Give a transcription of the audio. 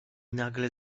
nagle